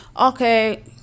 Okay